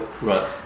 Right